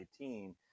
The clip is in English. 2018